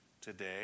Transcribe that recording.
today